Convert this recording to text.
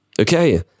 Okay